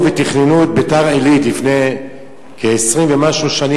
ותכננו את ביתר-עילית לפני כ-20 ומשהו שנים,